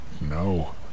No